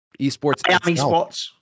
esports